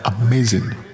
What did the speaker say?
Amazing